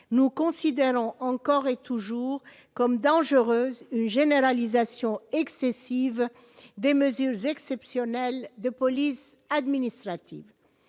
nous considérons encore et toujours comme dangereuse généralisation excessive des mesures exceptionnelles de police administrative,